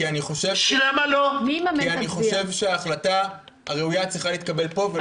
כי אני חושב שההחלטה הראויה צריכה להתקבל פה.